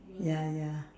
ya ya